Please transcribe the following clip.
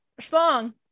Schlong